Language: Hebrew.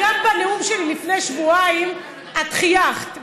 גם בנאום שלי מלפני שבועיים את חייכת,